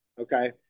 okay